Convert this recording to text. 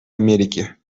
америке